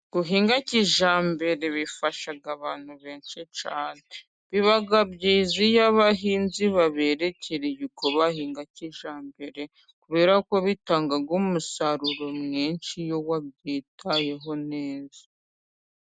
Guhinga kijyambere bifasha abantu benshi cyane, biba byiza iyo abahinzi baberekera uko bahinga kijyambere, kuberako bitanga umusaruro mwinshi iyo wabyitayeho neza.